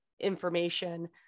information